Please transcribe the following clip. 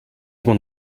one